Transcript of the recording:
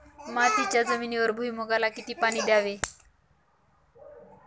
मातीच्या जमिनीवर भुईमूगाला किती पाणी द्यावे?